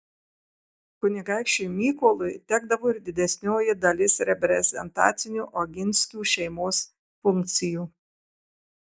kunigaikščiui mykolui tekdavo ir didesnioji dalis reprezentacinių oginskių šeimos funkcijų